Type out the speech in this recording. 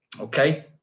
Okay